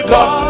God